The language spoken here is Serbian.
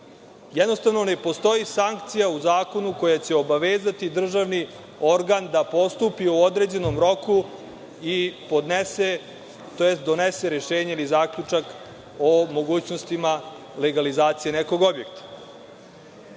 Jednostavno, ne postoji sankcija u zakonu koja će obavezati državni organ da postupi u određenom roku i podnese tj. donese rešenje ili zaključak o mogućnostima legalizacije nekog objekta.